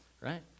right